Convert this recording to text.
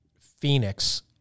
Phoenix